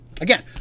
Again